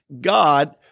God